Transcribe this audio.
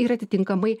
ir atitinkamai